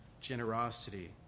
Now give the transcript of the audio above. generosity